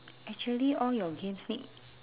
actually all your games need